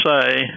say